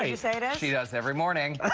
ah you know she does every morning. ah